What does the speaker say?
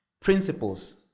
Principles